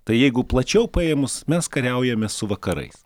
tai jeigu plačiau paėmus mes kariaujame su vakarais